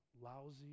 lousy